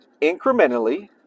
incrementally